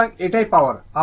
সুতরাং এটাই পাওয়ার